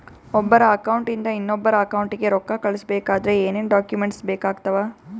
ಒಬ್ಬರ ಅಕೌಂಟ್ ಇಂದ ಇನ್ನೊಬ್ಬರ ಅಕೌಂಟಿಗೆ ರೊಕ್ಕ ಕಳಿಸಬೇಕಾದ್ರೆ ಏನೇನ್ ಡಾಕ್ಯೂಮೆಂಟ್ಸ್ ಬೇಕಾಗುತ್ತಾವ?